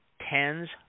tens